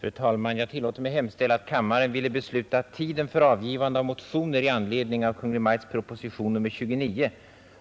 Fru talman! Jag tillåter mig hemställa att kammaren ville besluta att tiden för avgivande av motioner i anledning av Kungl. Maj:ts proposition nr 29